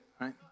right